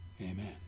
Amen